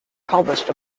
published